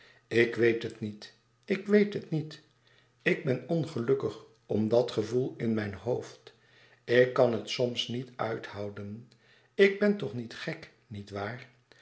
ik weet het niet ik weet het niet ik ben ongelukkig om dat gevoel in mijn hoofd ik kan het soms niet uithouden ik ben toch niet gek niet waar